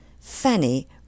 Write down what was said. Fanny